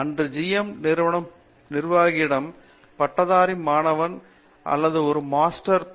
அன்று GM நிறுவன நிர்வாகியிடம் பட்டதாரி மாணவர் அல்லது ஒரு மாஸ்டர் மாணவர் அல்லது பி